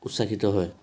উৎসাহিত হয়